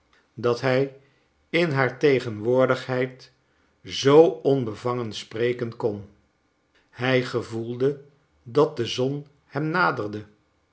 dat hij in haar tegenwoordigheid zoo onbevangen spreken kon hij gevoelde dat de zon hem naderde